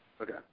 Okay